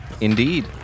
Indeed